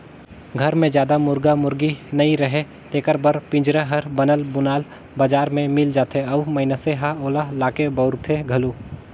घर मे जादा मुरगा मुरगी नइ रहें तेखर बर पिंजरा हर बनल बुनाल बजार में मिल जाथे अउ मइनसे ह ओला लाके बउरथे घलो